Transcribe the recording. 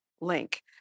link